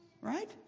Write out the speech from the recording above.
Right